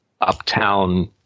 uptown